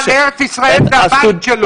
כל מי שבא לארץ ישראל זה הבית שלו,